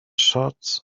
shots